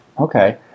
okay